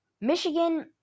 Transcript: Michigan